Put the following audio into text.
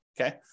okay